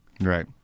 Right